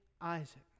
Isaac